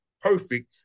perfect